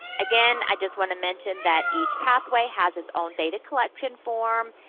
again, i just want to mention that each pathway has its own data collection form,